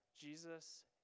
Jesus